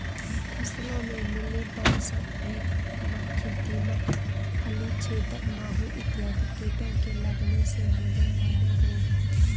फसलों में मिलीबग, सफेद मक्खी, दीमक, फली छेदक माहू इत्यादि कीटों के लगने से होने वाले रोग हैं